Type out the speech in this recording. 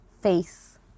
face